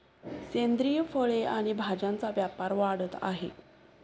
सेंद्रिय फळे आणि भाज्यांचा व्यापार वाढत आहे